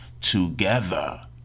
together